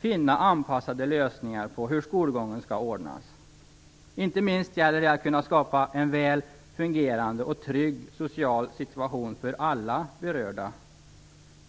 finna anpassade lösningar på hur skolgången skall ordnas. Inte minst gäller det att kunna skapa en väl fungerande och trygg social situation för alla berörda.